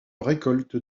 récolte